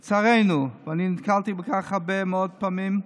לצערנו, ואני נתקלתי בכך הרבה מאוד פעמים,